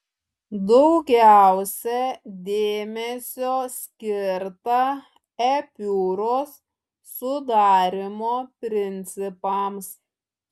daugiausia dėmesio skirta epiūros sudarymo principams